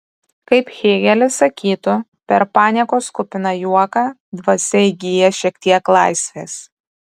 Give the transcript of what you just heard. kaip hėgelis sakytų per paniekos kupiną juoką dvasia įgyja šiek tiek laisvės